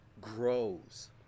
grows